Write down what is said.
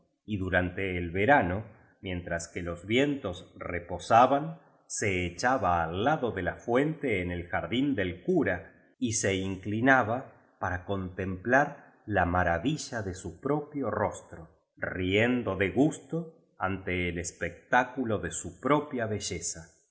y du rante el verano mientras que los vientos reposaban se echaba al lado de la fuente en el jardín del cura y se inclinaba para contemplar la maravilla de su propio rostro riendo de gusto ante el espectáculo de su propia belleza